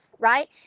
Right